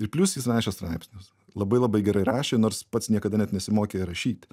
ir plius jis rašė straipsnius labai labai gerai rašė nors pats niekada net nesimokė rašyti